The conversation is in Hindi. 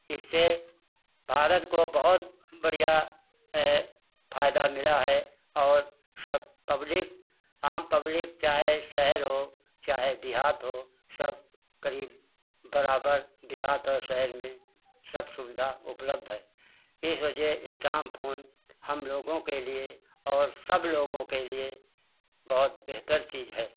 इससे भारत को बहुत बढ़िया फ़ायदा मिला है और सब पब्लिक आम पब्लिक चाहे शहर हो चाहे देहात हो सब करीब बराबर देहात और शहर में सब सुविधा उपलब्ध है इस वजह स्टाम्प फोन हम लोगों के लिए और सब लोगों के लिए बहुत बेहतर चीज़ है